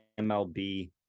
MLB